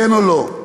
כן או לא.